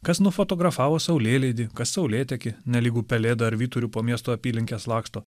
kas nufotografavo saulėlydį kas saulėtekį nelygu pelėda ar vyturiu po miesto apylinkes laksto